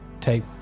Take